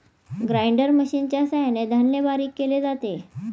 grinder मशिनच्या सहाय्याने धान्य बारीक केले जाते